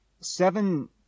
seven